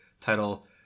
title